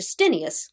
Justinius